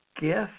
gift